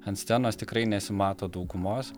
ant scenos tikrai nesimato daugumos